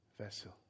vessel